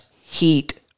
heat